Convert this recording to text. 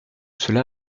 cela